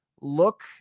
look